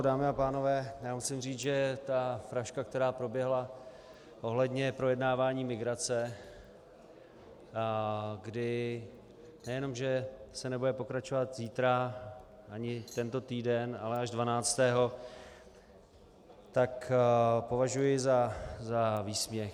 Dámy a pánové, musím říct, že tu frašku, která proběhla ohledně projednávání migrace, kdy nejenom že se nebude pokračovat zítra ani tento týden, ale až dvanáctého, považuji za výsměch.